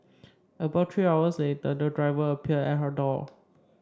about three hours later the driver appeared at her door